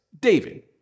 David